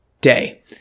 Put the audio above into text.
day